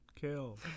kill